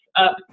up